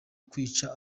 kwica